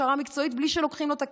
הכשרה מקצועית בלי שלוקחים לו את הכסף.